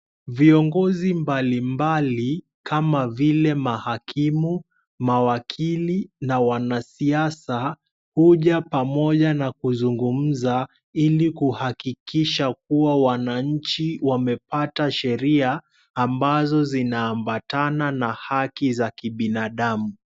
Viongozi mbalimbali kama vile, mahakimu, mawakili na wanasiasa huja pamoja na kuzungumza ili kuhakikisha kuwa wananchi wamepata sheria ambazo zinaambatana na haki za kibinadamu.